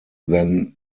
than